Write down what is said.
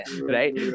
right